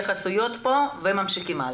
נקבל פה התייחסויות ונמשיך הלאה.